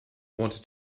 wanted